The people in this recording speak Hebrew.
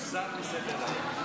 הוסר מסדר-היום.